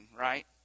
right